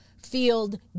field